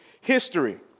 history